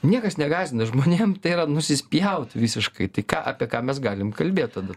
niekas negąsdina žmonėm tai yra nusispjaut visiškai tai ką apie ką mes galim kalbėt tada